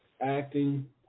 acting